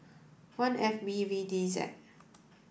one F B V D Z